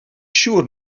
siŵr